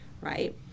Right